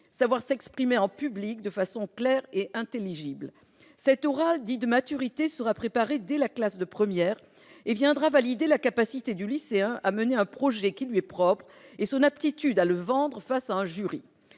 savoir s'exprimer en public de façon claire et intelligible. Cet oral dit « de maturité » sera préparé dès la classe de première et viendra valider la capacité du lycéen à mener un projet qui lui est propre et son aptitude à le vendre face à un jury.